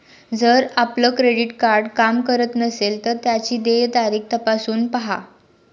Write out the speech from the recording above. जर आपलं credit card काम करत नसेल तर त्याची देय तारीख तपासून पाहा